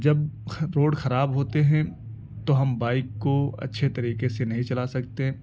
جب روڈ خراب ہوتے ہیں تو ہم بائیک کو اچھے طریقے سے نہیں چلا سکتے